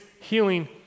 healing